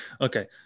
okay